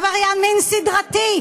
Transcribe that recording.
עבריין מין סדרתי.